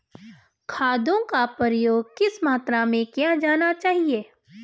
खादों का प्रयोग किस मात्रा में किया जाना चाहिए?